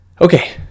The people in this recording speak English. Okay